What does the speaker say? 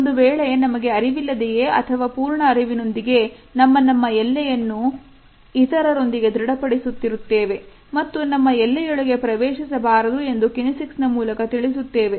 ಒಂದು ವೇಳೆ ನಮಗೆ ಅರಿವಿಲ್ಲದೆಯೇ ಅಥವಾ ಪೂರ್ಣ ಅರಿವಿನೊಂದಿಗೆ ನಮ್ಮನಮ್ಮ ಎಲ್ಲೆಯನ್ನು ಇತರರೊಂದಿಗೆ ದೃಢಪಡಿಸುತ್ತಿರುತ್ತೇವೆ ಮತ್ತು ನಮ್ಮ ಎಲ್ಲೆಯೊಳಗೆ ಪ್ರವೇಶಿಸಬಾರದು ಎಂದು ಕಿನೆಸಿಕ್ಸ್ ನ ಮೂಲಕ ತಿಳಿಸುತ್ತೇವೆ